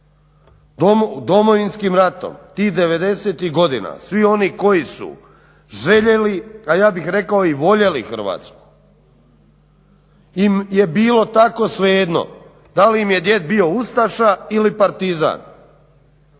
Domovinskim ratom tih devedesetih godina svi oni koji su željeli, a ja bih rekao i voljeli Hrvatsku im je bilo tako svejedno da li im je djed bio ustaša ili partizan